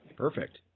Perfect